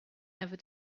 never